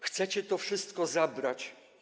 Chcecie to wszystko zabrać?